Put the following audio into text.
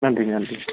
நன்றி நன்றிங்க